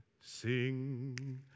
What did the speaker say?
sing